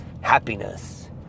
happiness